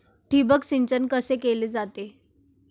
ठिबक सिंचन कसे केले जाते?